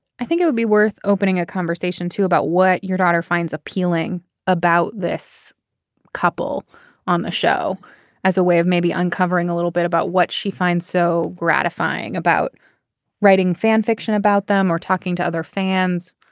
i think it would be worth opening a conversation too about what your daughter finds appealing about this couple on the show as a way of maybe uncovering a little bit about what she finds so gratifying about writing fan fiction about them or talking to other fans.